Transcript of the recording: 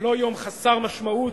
לא יום חסר משמעות